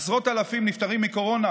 עשרות אלפים נפטרים מקורונה